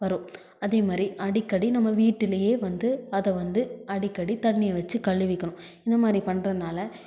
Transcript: வரும் அதேமாதிரி அடிக்கடி நம்ம வீட்டிலையே வந்து அதை வந்து அடிக்கடி தண்ணியை வச்சு கழுவிக்கணும் இந்தமாதிரி பண்ணுறதுனால